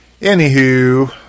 anywho